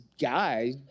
guy